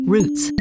Roots